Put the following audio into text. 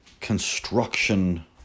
construction